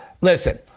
listen